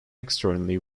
externally